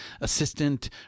assistant